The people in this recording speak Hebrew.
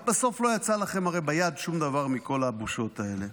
הרי בסוף לא יצא לכם ביד שום דבר מכל הבושות האלה,